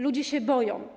Ludzie się boją.